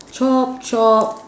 chop chop